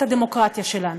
את הדמוקרטיה שלנו.